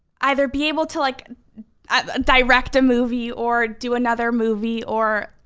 either be able to like ah direct a movie or do another movie or